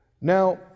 Now